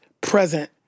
present